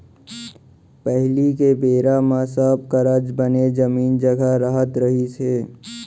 पहिली के बेरा म सब करा बने जमीन जघा रहत रहिस हे